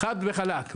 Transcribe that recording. חד וחלק.